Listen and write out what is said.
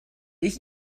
ich